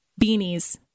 Beanies